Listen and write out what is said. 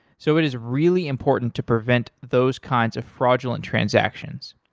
so it is really important to prevent those kinds of fraudulent transactions.